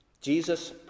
Jesus